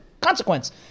Consequence